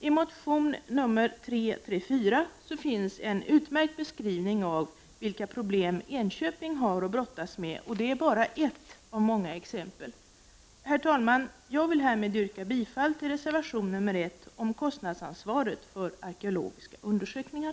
I motion Kr334 finns en utmärkt beskrivning av vilka problem Enköping har att brottas med. Och det är bara ett av många exempel. Herr talman! Jag vill härmed yrka bifall till reservation nr 1 om kostnadsansvaret för arkeologiska undersökningar.